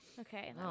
Okay